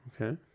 okay